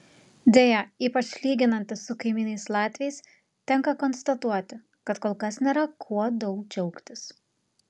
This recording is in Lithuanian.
deja ypač lyginantis su kaimynais latviais tenka konstatuoti kad kol kas nėra kuo daug džiaugtis